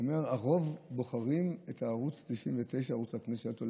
הוא אומר שהרוב בוחרים את ערוץ 99, ערוץ הכנסת.